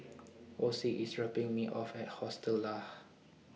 Ocie IS dropping Me off At Hostel Lah